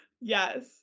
Yes